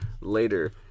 later